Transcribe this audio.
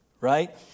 right